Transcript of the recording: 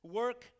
work